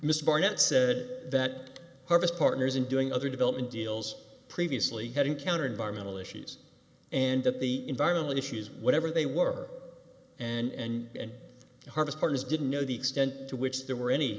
mr barnett said that harvest partners in doing other development deals previously had encountered environmental issues and that the environment issues whatever they were and the hardest part is didn't know the extent to which there were any